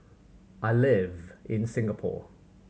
I live in Singapore